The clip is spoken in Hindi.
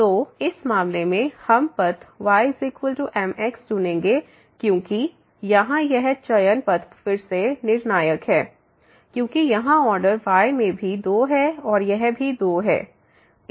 fxyx y2x2y2xy00 0xy00 तो इस मामले में हम पथ ymx चुनेंगे क्योंकि यहां यह चयन पथ फिर से निर्णायक है क्योंकि यहां ऑर्डर y में भी 2 है और यह भी 2 है